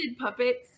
puppets